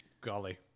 golly